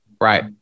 Right